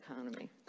economy